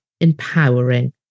empowering